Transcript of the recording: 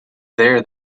there